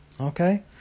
okay